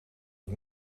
het